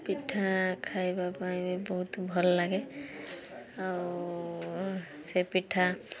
ପିଠା ଖାଇବା ପାଇଁ ବହୁତ ଭଲ ଲାଗେ ଆଉ ସେ ପିଠା